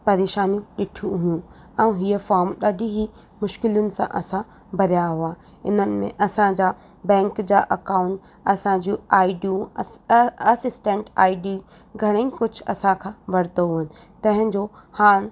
परेशानियूं ॾिठियूं हुयूं ऐं हीअ फार्म ॾाढी ई मुशकिलुनि सां असां भरिया हुआ इन्हनि में असांजा बैंक जा अकाउंट असांजियूं आइडियूं अस असिस्टंट आई डी घणेई कुझु असां खां वरितो हुओ तंहिंजो हाणे